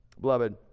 Beloved